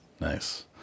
nice